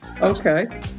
Okay